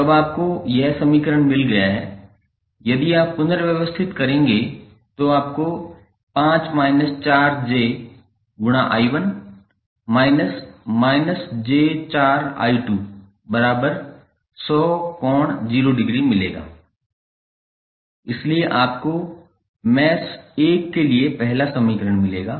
तो अब आपको यह समीकरण मिल गया है यदि आप पुनर्व्यवस्थित करेंगे तो आपको 5−j4I1 −−j4I2 100∠0◦ मिलेगा इसलिए आपको मैश 1 के लिए पहला समीकरण मिलेगा